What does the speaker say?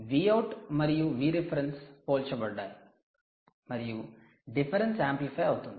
Vout మరియు Vref పోల్చబడ్డాయి మరియు డిఫరెన్స్ యాంప్లిఫై అవుతుంది